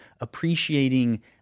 appreciating